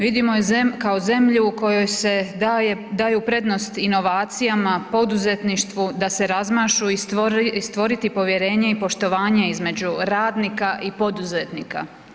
Vidimo je kao zemlju u kojoj se daju prednosti inovacijama, poduzetništvu da se razmašu i stvoriti povjerenje i poštovanje između radnika i poduzetnika.